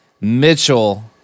Mitchell